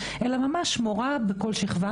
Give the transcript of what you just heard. אלא ממש מורה בכל שכבה.